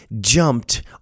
jumped